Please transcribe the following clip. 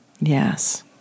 Yes